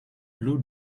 blue